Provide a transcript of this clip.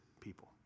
people